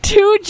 Two